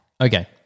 Okay